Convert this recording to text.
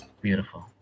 Beautiful